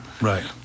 Right